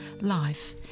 life